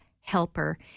helper